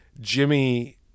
Jimmy –